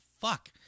fuck